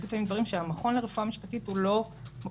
יש לפעמים דברים שהמכון לרפואה משפטית הוא לא מקום